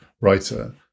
writer